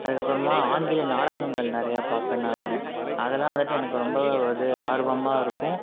அதுக்கப்புறமா ஆங்கில நாடகங்கள் நிறையா பார்ப்பேன் நான் அதெல்லான் வந்துட்டு எனக்கு ரொம்ப இது ஆர்வமாக இருக்கும்